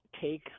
take